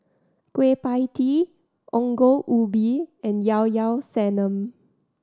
Kueh Pie Tee Ongol Ubi and Llao Llao Sanum